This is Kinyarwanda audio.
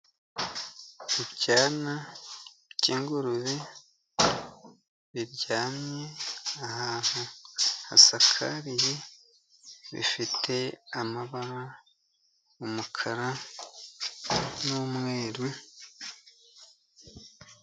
Ibyana by'ingurube biryamye ahantu hasakaye, bifite amabara umukara n'umweru.